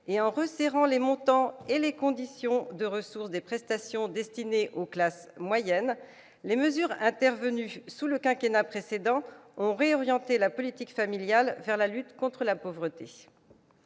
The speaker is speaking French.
et en resserrant les montants et les conditions de ressources des prestations destinées aux classes moyennes, les mesures prises durant le quinquennat précédent ont réorienté la politique familiale vers la lutte contre la pauvreté.